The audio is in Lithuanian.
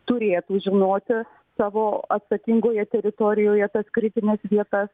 turėtų žinoti savo atsakingoje teritorijoje tas kritines vietas